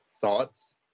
thoughts